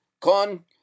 con